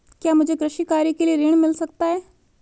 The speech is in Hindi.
क्या मुझे कृषि कार्य के लिए ऋण मिल सकता है?